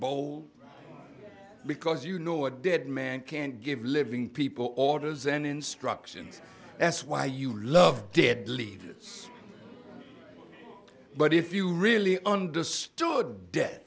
bold because you know a dead man can't give living people orders and instructions that's why you love dead leaders but if you really understood de